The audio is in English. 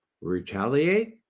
retaliate